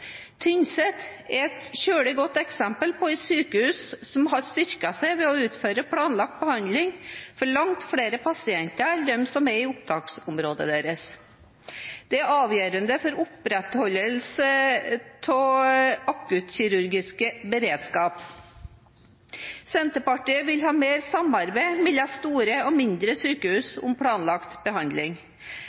Tynset er et svært godt eksempel på et sykehus som har styrket seg ved å utføre planlagt behandling for langt flere pasienter enn dem som er i opptaksområdet deres. Det er avgjørende for opprettholdelse av akuttkirurgisk beredskap. Senterpartiet vil ha mer samarbeid mellom store og mindre sykehus om planlagt behandling.